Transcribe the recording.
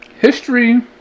History